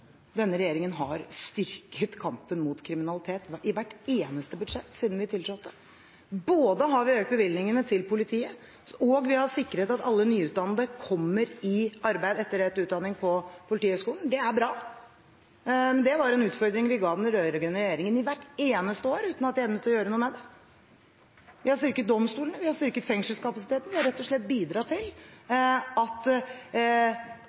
Denne regjeringen har styrket kampen mot kriminalitet i hvert eneste budsjett siden vi tiltrådte. Vi har både økt bevilgningene til politiet og sikret at alle nyutdannede kommer i arbeid etter endt utdanning fra Politihøgskolen. Det er bra. Men dette var en utfordring vi ga den rød-grønne regjeringen hvert eneste år, uten at de evnet å gjøre noe med det. Vi har styrket domstolene, vi har styrket fengselskapasiteten, vi har rett og slett bidratt til